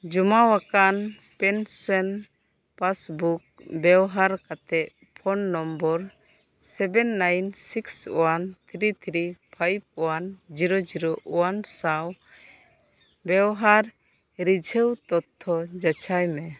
ᱡᱚᱢᱟ ᱟᱠᱟᱱ pension passbook ᱵᱮᱣᱦᱟᱨ ᱠᱟᱛᱮᱫ phone number seven nine six one three three five one zero zero one ᱥᱟᱶ ᱵᱟᱣᱦᱟᱨ ᱨᱤᱡᱷᱟᱹᱣ ᱛᱚᱛᱛᱷᱚ ᱡᱟᱪᱟᱭ ᱢᱮ